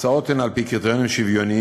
ההקצאות הן על-פי קריטריונים שוויוניים,